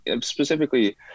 specifically